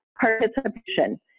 participation